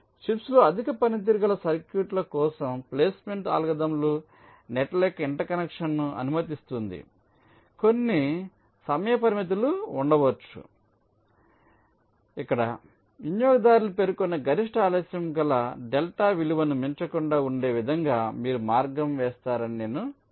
చిప్స్లో అధిక పనితీరు గల సర్క్యూట్ల కోసం ప్లేస్మెంట్ అల్గోరిథంలు నెట్ల యొక్క ఇంటర్ కనెక్షన్ను అనుమతిస్తుంది ఇక్కడ కొన్ని సమయ పరిమితులు ఉండవచ్చు వినియోగదారు పేర్కొన గరిష్ట ఆలస్యం గల డెల్టా విలువను మించకుండా ఉండే విధంగా మీరు మార్గం వేస్తారని నేను చెప్పగలను